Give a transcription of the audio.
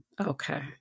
Okay